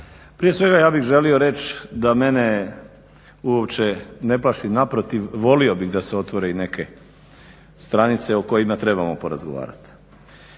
Prije svega ja bih želio reći da mene uopće ne plaši, naprotiv volio bih da se otvore i neke stranice o kojima trebamo porazgovarati.